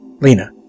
Lena